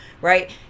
right